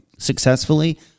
successfully